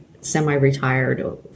semi-retired